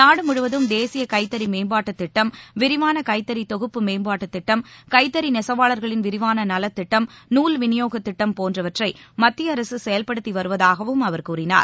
நாடு முழுவதும் தேசிய கைத்தறி மேம்பாட்டு திட்டம் விரிவாள கைத்தறி தொகுப்பு மேம்பாட்டு திட்டம் கைத்தறி நெசவாளர்களின் விரிவான நலத்திட்டம் நூல் விநியோக திட்டம் போன்றவற்றை மத்திய அரசு செயல்படுத்தி வருவதாகவும் அவர் கூறினார்